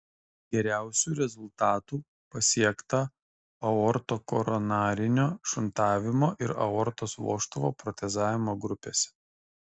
geriausių rezultatų pasiekta aortokoronarinio šuntavimo ir aortos vožtuvo protezavimo grupėse